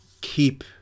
keep